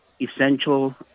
essential